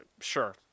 sure